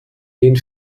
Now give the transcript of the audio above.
den